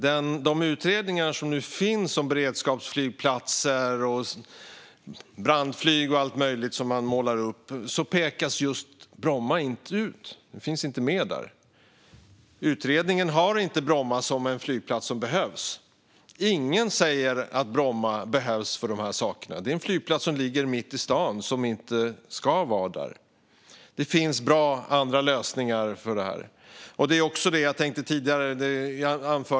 I de utredningar som nu finns om beredskapsflygplatser, brandflyg och allt möjligt som man målar upp pekas Bromma inte ut. Den finns inte med där. Utredningen har inte Bromma som en flygplats som behövs. Ingen säger att Bromma behövs för de sakerna. Det är en flygplats som ligger mitt i staden och som inte ska vara där. Det finns andra bra lösningar för det. Det har också anförts tidigare.